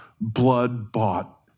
blood-bought